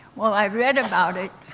well, i read about it,